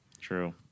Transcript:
True